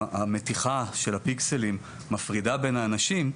המתיחה של הפיקסלים מפרידה בין האנשים,